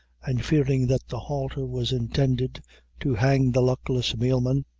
and fearing that the halter was intended to hang the luckless mealman,